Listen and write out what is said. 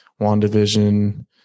Wandavision